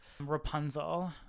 rapunzel